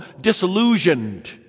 disillusioned